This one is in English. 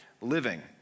living